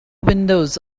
windows